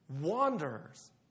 Wanderers